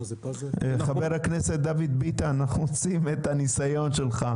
חבר הכנסת דוד ביטן, אנחנו צריכים את הניסיון שלך.